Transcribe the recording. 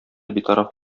битараф